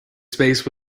space